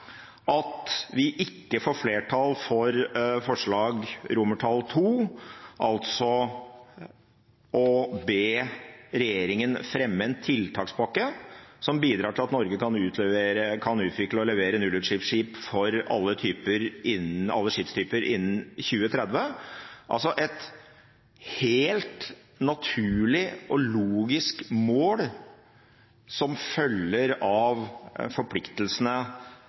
at vi ikke får flertall for forslag til vedtak II, altså å be regjeringen fremme en tiltakspakke som bidrar til at Norge kan utvikle og levere nullutslippsskip for alle skipstyper innen 2030 – et helt naturlig og logisk mål som følger av forpliktelsene,